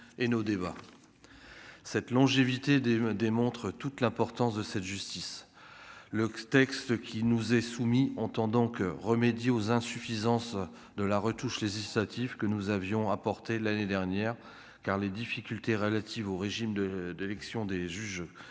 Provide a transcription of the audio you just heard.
et nos débats cette longévité des démontre toute l'importance de cette justice le texte qui nous est soumis en entend donc remédier aux insuffisances de la retouche législative que nous avions à l'année dernière, car les difficultés relatives au régime de de l'élection des juges